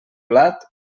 blat